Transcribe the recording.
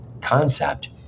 concept